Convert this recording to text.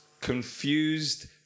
confused